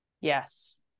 Yes